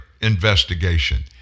investigation